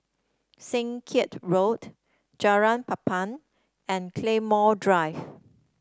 Seng Kiat Road Jalan Papan and Claymore Drive